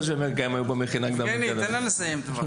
יבגני, תן לה לסיים.